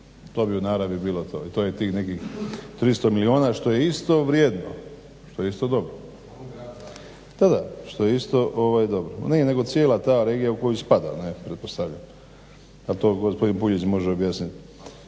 To bi u naravi bilo to i to je tih nekih 300 milijuna što je isto vrijedno, što je isto dobro. Da što je isto dobro, ne nego cijela ta regija u koju spada ne pretpostavljam. A to gospodin Puljiz može objasniti.